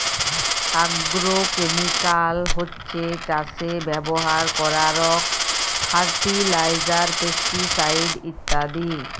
agrochemical হছ্যে চাসে ব্যবহার করারক ফার্টিলাইজার, পেস্টিসাইড ইত্যাদি